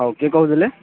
ହଉ କିଏ କହୁଥିଲେ